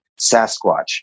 sasquatch